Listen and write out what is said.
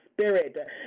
spirit